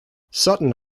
sutton